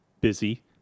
busy